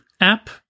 app